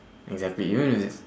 exactly even if it is